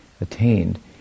Attained